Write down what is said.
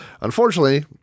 unfortunately